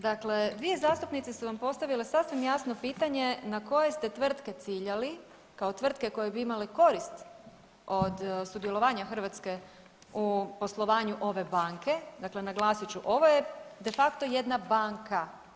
Dakle, dvije zastupnice su vam postavile sasvim jasno pitanje na koje ste tvrtke ciljali kao tvrtke koje bi imale korist od sudjelovanja Hrvatske u poslovanju ove banke, dakle, naglasit ću, ovo je de facto jedna banka.